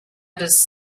does